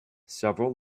several